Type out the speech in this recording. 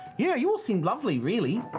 yeah, you all seem lovely, really.